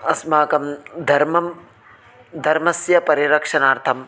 अस्माकं धर्मं धर्मस्य परिरक्षणार्थं